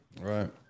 right